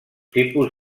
tipus